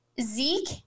Zeke